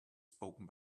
spoken